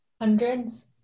Hundreds